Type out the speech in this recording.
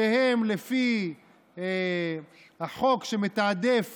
החוק מתעדף